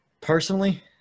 personally